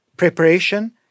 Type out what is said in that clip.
Preparation